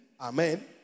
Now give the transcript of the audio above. Amen